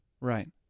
Right